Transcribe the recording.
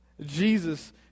Jesus